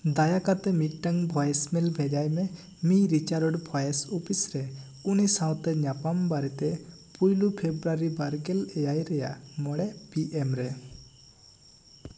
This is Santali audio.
ᱫᱟᱭᱟ ᱠᱟᱛᱮ ᱢᱤᱫᱴᱟᱝ ᱵᱷᱚᱭᱮᱥ ᱢᱮᱞ ᱵᱷᱮᱡᱟᱭ ᱢᱮ ᱢᱤ ᱨᱤᱪᱟᱨᱰ ᱵᱷᱚᱭᱮᱥ ᱚᱯᱷᱤᱥ ᱨᱮ ᱩᱱᱤ ᱥᱟᱶᱛᱮ ᱧᱟᱯᱟᱢ ᱵᱟᱨᱮᱛᱮ ᱯᱩᱭᱞᱩ ᱯᱷᱮᱵᱽᱨᱩᱣᱟᱨᱤ ᱵᱟᱨ ᱜᱮᱞ ᱮᱭᱟᱭ ᱨᱮᱭᱟᱜ ᱢᱚᱬᱮ ᱯᱤ ᱮᱢ ᱨᱮ